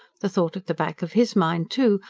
the thought at the back of his mind, too,